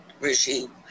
regime